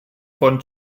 von